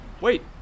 wait